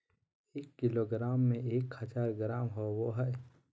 एक किलोग्राम में एक हजार ग्राम होबो हइ